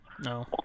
No